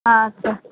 আচ্ছা